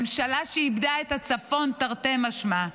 ממשלה שאיבדה את הצפון תרתי משמע.